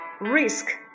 risk